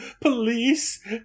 police